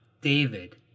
David